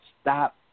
stop